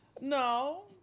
No